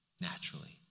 naturally